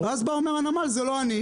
ואז בא הנמל ואומר: זה לא אני,